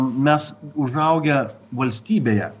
mes užaugę valstybėje